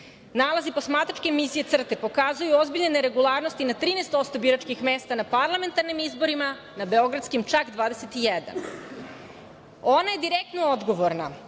Nalazi posmatračke misije CRTA-e pokazuju ozbiljne neregularnosti na 13% biračkih mesta na parlamentarnim izborima, na beogradskim čak 21.Ona je direktno odgovorna,